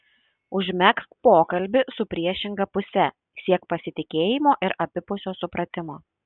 užmegzk pokalbį su priešinga puse siek pasitikėjimo ir abipusio supratimo